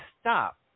stop